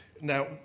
Now